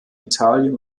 italien